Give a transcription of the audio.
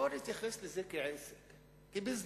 בוא נתייחס לזה כאל עסק, כביזנס.